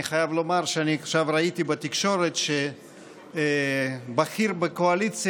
אני חייב לומר שאני ראיתי עכשיו בתקשורת שבכיר בקואליציה